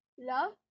love